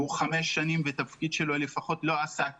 והוא חמש שנים לפחות בתפקידו ולא עשה כלום.